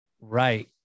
right